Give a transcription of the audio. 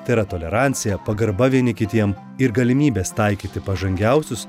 tai yra tolerancija pagarba vieni kitiem ir galimybės taikyti pažangiausius